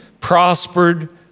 prospered